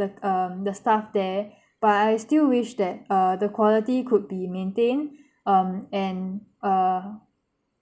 the um the staff there but I still wish that uh the quality could be maintained um and uh